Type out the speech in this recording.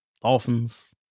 Dolphins